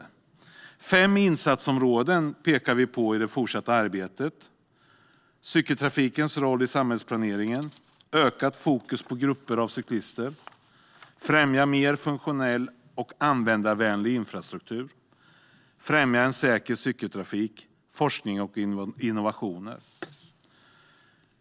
Vi pekar på fem insatsområden i det fortsatta arbetet: cykeltrafikens roll i samhällsplaneringen, ökat fokus på grupper av cyklister, främjandet av mer funktionell och användarvänlig infrastruktur och en säker cykeltrafik samt forskning och innovationer.